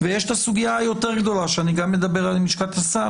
יש את הסוגייה היותר גדולה שאני גם אדבר עליה עם לשכת השר,